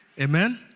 Amen